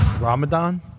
Ramadan